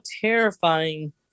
terrifying